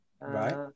right